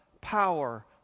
power